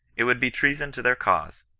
it would be treason to their cause,